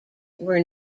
were